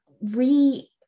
re